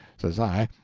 says i,